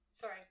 Sorry